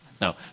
No